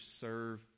serve